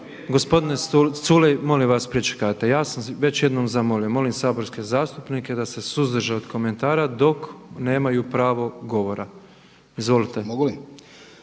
gospodine Culej molim vas pričekajte, ja sam već jednom zamolio, molim saborske zastupnike da se suzdrže od komentara dok nemaju pravo govora. Izvolite.